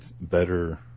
better